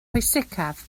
pwysicaf